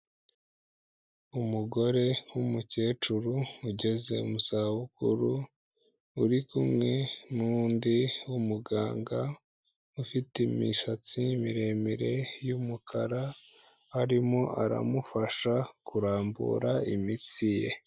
Umugore w'umukecuru ugeze mu zabukuru, uri kumwe n'undi w'umuganga ufite imisatsi miremire y'umukara; arimo aramufasha kurambura imitsi ye.